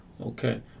Okay